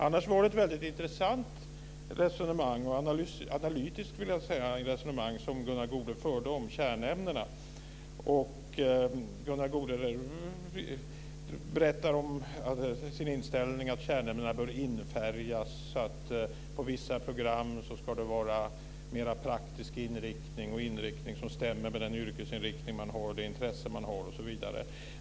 Annars var det ett väldigt intressant analytiskt resonemang som Gunnar Goude förde om kärnämnena. Gunnar Goude berättade om sin inställning när det gäller att kärnämnena bör infärgas. På vissa program ska det vara mera praktisk inriktning och en inriktning som stämmer med den yrkesinriktning som man har och det intresse man har osv.